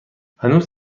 هنوز